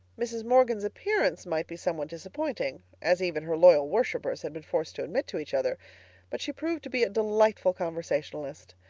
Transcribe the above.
mrs. morgan's appearance might be somewhat disappointing, as even her loyal worshippers had been forced to admit to each other but she proved to be a delightful conversationalist.